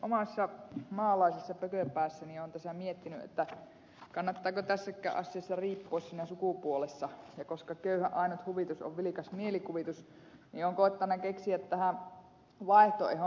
omassa maalaisessa pököpäässäni olen tässä miettinyt kannattaako tässäkään asiassa riippua siinä sukupuolessa ja koska köyhän ainut huvitus on vilkas mielikuvitus niin olen koettanut keksiä tähän vaihtoehdon ed